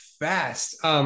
Fast